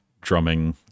drumming